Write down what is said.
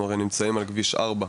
אנחנו הרי נמצאים על כביש ארבע,